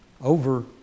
over